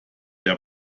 der